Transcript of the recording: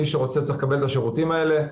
מי שרוצה צריך לקבל את השירותים האלה.